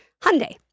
Hyundai